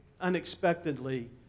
Unexpectedly